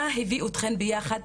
מה הביא אתכן ביחד?